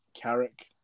carrick